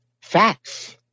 facts